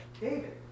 David